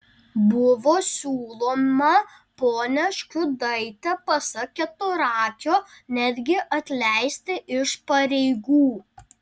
buvo siūloma ponią škiudaitę pasak keturakio netgi atleisti iš pareigų